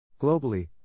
Globally